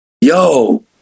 Yo